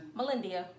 Melindia